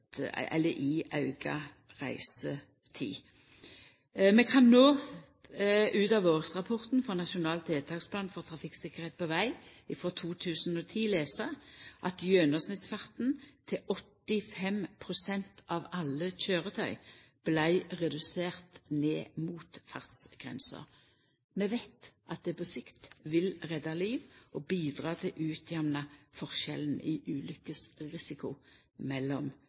eller fem i auka reisetid. Vi kan no ut av Årsrapport 2010 Nasjonal tiltaksplan for trafikksikkerhet på veg 2010–2013 lesa at gjennomsnittsfarten til 85 pst. av alle køyretøy vart redusert ned mot fartsgrensa. Vi veit at det på sikt vil redda liv og bidra til å utjamna forskjellen i ulukkesrisiko mellom